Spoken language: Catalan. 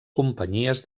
companyies